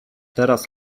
teraz